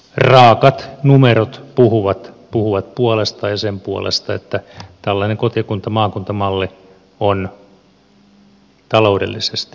raaat numerot puhuvat puolestaan ja sen puolesta että tällainen kotikuntamaakunta malli on myös taloudellisesti erittäin tehokas